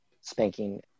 spanking